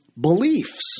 beliefs